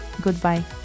Goodbye